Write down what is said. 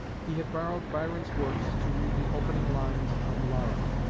he had borrowed byron's works to read the opening lines of lara